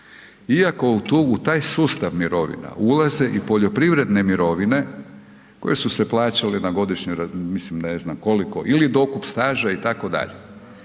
iako u taj sustav mirovina ulaze i poljoprivredne mirovine koje su se plaćale na godišnjoj, mislim ne znam koliko ili dokup staža itd.,